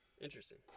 Interesting